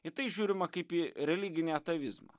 į tai žiūrima kaip į religinį atavizmą